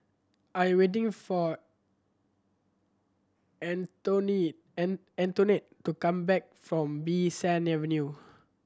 I am waiting for Antonette to come back from Bee San Avenue